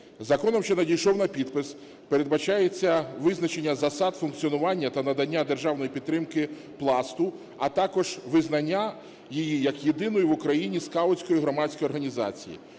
Законом, що надійшов на підпис, передбачається визначення засад функціонування та надання державної підтримки Пласту, а також визнання її як єдиної в Україні скаутської громадської організації.